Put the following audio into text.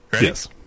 Yes